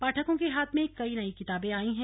पाठकों के हाथ में कई नई किताबें आ गई हैं